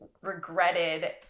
regretted